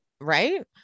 Right